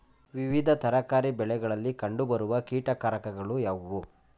ವಿವಿಧ ತರಕಾರಿ ಬೆಳೆಗಳಲ್ಲಿ ಕಂಡು ಬರುವ ಕೀಟಕಾರಕಗಳು ಯಾವುವು?